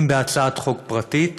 אם בהצעת חוק פרטית,